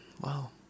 Wow